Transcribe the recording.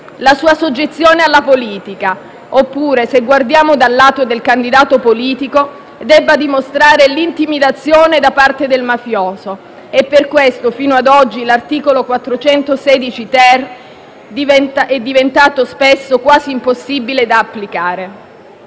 la sua soggezione alla politica; oppure, se guardiamo dal lato del candidato politico, debba dimostrare l'intimidazione da parte del mafioso. Per questo, fino ad oggi, l'articolo 416-*ter* è diventato spesso quasi impossibile da applicare.